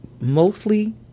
mostly